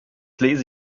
lese